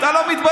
אתה לא מתבייש.